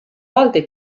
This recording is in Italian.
volte